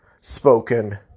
spoken